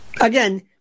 Again